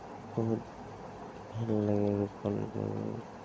বহুত সেইবিলাকে ৰোপণ কৰোঁ